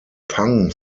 pang